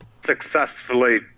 successfully